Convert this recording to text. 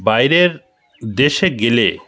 বাইরের দেশে গেলে